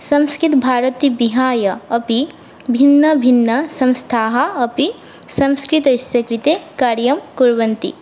संस्कृतभारती विहाय अपि भिन्न भिन्न संस्थाः अपि संस्कृतस्य कृते कार्यं कुर्वन्ति